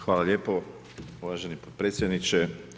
Hvala lijepo uvaženi potpredsjedniče.